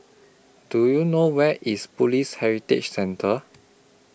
Do YOU know Where IS Police Heritage Centre